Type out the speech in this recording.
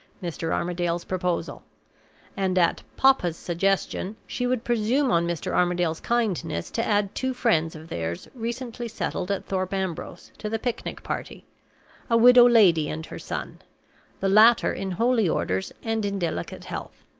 mr. armadale's proposal and, at papa's suggestion, she would presume on mr. armadale's kindness to add two friends of theirs recently settled at thorpe ambrose, to the picnic party a widow lady and her son the latter in holy orders and in delicate health.